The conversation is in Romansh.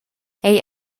egl